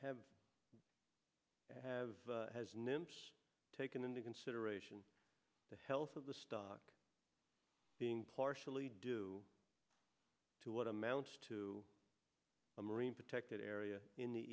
you have to have taken into consideration the health of the stock being partially due to what amounts to a marine protected area in the